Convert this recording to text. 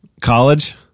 college